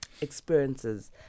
experiences